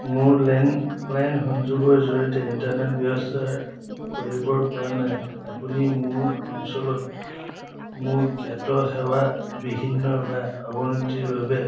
মোৰ লেণ্ডলাইন সংযোগৰ জৰিয়তে ইণ্টাৰনেট ব্যৱস্থা কৰিব পৰা নাই আপুনি মোৰ অঞ্চলত মোৰ জ্ঞাত সেৱা বিঘ্নিত বা অৱনতিৰ বাবে